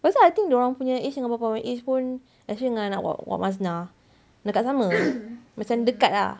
pasal I think dia orang punya age dengan bapa punya age pun especially dengan anak wak masnah nak dekat sama macam dekat lah